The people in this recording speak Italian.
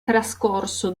trascorso